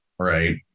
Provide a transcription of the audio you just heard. Right